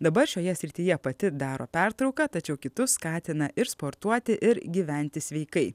dabar šioje srityje pati daro pertrauką tačiau kitus skatina ir sportuoti ir gyventi sveikai